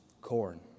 corn